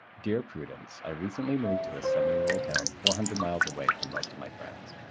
dear prudence. i recently moved to a semi-rural town four hundred miles away from most of my friends.